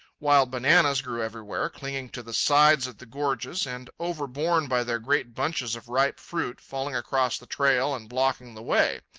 wild bananas grew everywhere, clinging to the sides of the gorges, and, overborne by their great bunches of ripe fruit, falling across the trail and blocking the way.